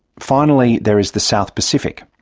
finally there is the south pacific,